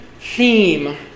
theme